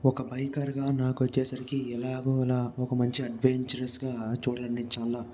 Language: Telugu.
ఒక బైకర్ గా నాకు వచ్చేసరికి ఎలాగోలా ఒక మంచి అడ్వెంచర్స్ గా చూడండి చాలా